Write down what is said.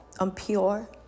impure